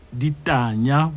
ditania